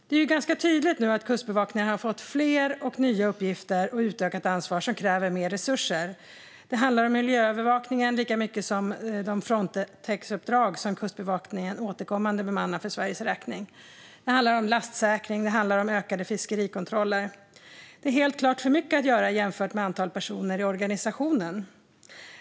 Det är ganska tydligt att Kustbevakningen nu har fått fler och nya uppgifter och utökat ansvar som kräver mer resurser. Det handlar lika mycket om miljöövervakningen som om de Frontexuppdrag som Kustbevakningen återkommande bemannar för Sveriges räkning. Det handlar om lastsäkring och om ökade fiskerikontroller. Det är helt klart för mycket att göra sett till antalet personer i organisationen.